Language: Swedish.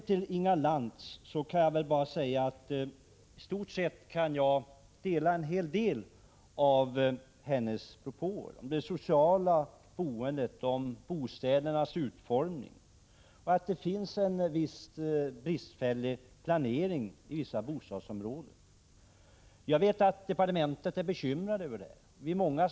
Till Inga Lantz vill jag säga att jag delar en hel del av hennes uppfattningar: beträffande det sociala boendet, bostädernas utformning och en viss brist när det gäller planeringen i vissa bostadsområden. Jag vet att man är bekymrad över det här inom departementet.